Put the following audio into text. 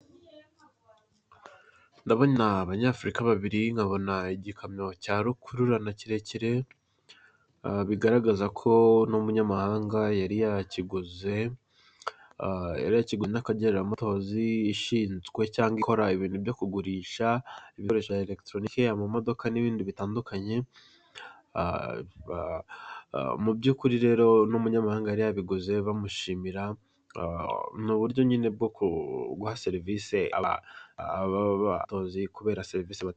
Ndabona abanyafurika babiri nkabona igikamyo cya rukurura na kirekire, bigaragaza ko n'umunyamahanga yari yakiguze n'akagera motosi ishinzwe cyangwa ikora ibintu byo kugurisha ibikore elegitoronike nk'imodoka n'ibindi bitandukanye mu by'ukuri rero n'umunyamahanga yari yabiguze, bamushimira uburyo nyine bwo guha serivisi nziza kubera serivisi zitangwa.